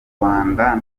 rwanda